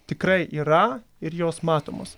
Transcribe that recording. tikrai yra ir jos matomos